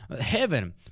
heaven